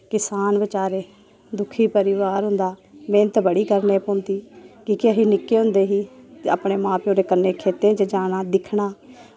किसान बचारे दुखी परिवार होंदा मेह्नत बड़ी करने पौंदी की के असी निक्के होंदे ही ते अपने मां प्यो दे कन्ने खेत्तें च जाना दिक्खना